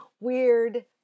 weird